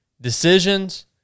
decisions